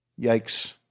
Yikes